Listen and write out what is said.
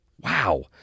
Wow